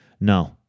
No